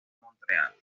montreal